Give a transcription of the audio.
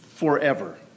forever